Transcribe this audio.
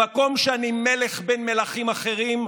במקום שאני מלך בין מלכים אחרים,